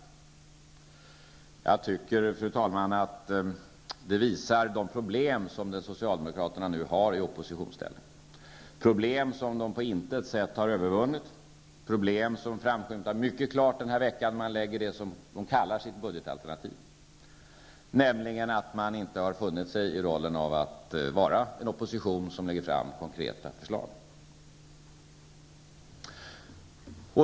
Detta visar, fru talman, de problem som socialdemokraterna nu har i oppositionsställning, problem som de på intet sätt har övervunnit, problem som framskymtar mycket klart denna vecka när de lägger fram det som de kallar sitt budgetalternativ. De har nämligen inte funnit sig i rollen som opposition, som lägger fram konkreta förslag.